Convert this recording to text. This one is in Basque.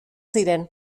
ziren